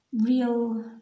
real